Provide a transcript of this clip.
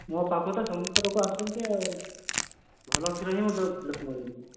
ମୋ ପାଖକୁ ତ ସମସ୍ତେ ଲୋକ ଆସୁଛନ୍ତି ଆଉ ଭଲ କ୍ଷୀର ହିଁ ମୁଁ ଦେଉଛି ଲୋକ ମାନଙ୍କୁ